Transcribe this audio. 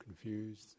confused